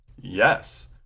Yes